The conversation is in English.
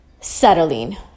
settling